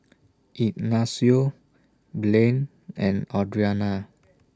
Ignacio Blaine and Audrina